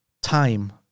time